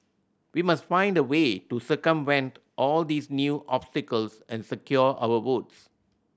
we must find a way to circumvent all these new obstacles and secure our votes